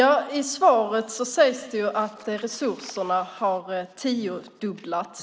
Talmannen meddelade att Fredrik Lundh Sammeli, som framställt en av interpellationerna, anmält att han var förhindrad att delta i debatten.